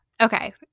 Okay